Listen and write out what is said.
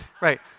Right